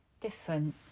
different